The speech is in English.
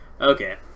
Okay